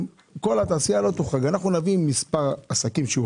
שכל התעשייה לא תוחרג אלא רק מספר עסקים.